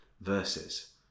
verses